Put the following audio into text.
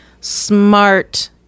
smart